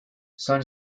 sun